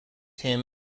him